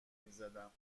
میزدم